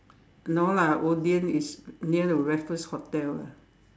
no lah Odean is near the Raffles hotel lah